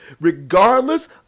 Regardless